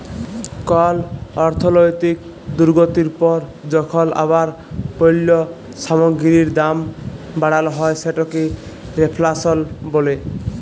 call অর্থলৈতিক দুর্গতির পর যখল আবার পল্য সামগ্গিরির দাম বাড়াল হ্যয় সেটকে রেফ্ল্যাশল ব্যলে